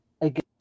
again